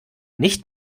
nicht